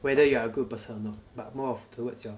whether you are a good person or not but more of towards your